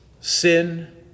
sin